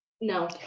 no